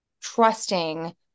trusting